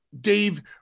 Dave